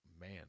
man